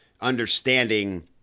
understanding